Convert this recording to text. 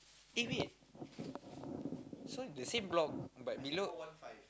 eh wait so the same block but below